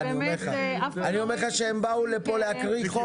אני אומר לך שהם באו לכאן להקריא את החוק.